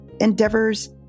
endeavors